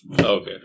okay